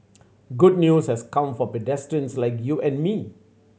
good news has come for pedestrians like you and me